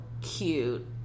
cute